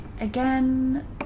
again